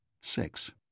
Six